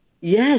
Yes